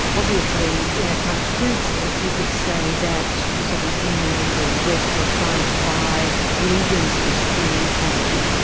obviously in a kind of crude sense you could say that the soviet union and the west were trying to buy allegiances through aid.